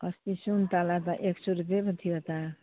अस्ति सुन्तला त एक सौ रुपियाँ पो थियो त